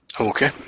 okay